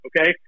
okay